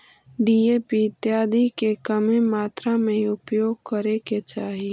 DAP इत्यादि के कमे मात्रा में ही उपयोग करे के चाहि